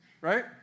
right